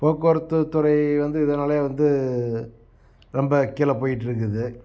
போக்குவரத்துத்துறை வந்து இதனாலேயே வந்து ரொம்ப கீழே போய்கிட்ருக்குது